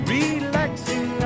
Relaxing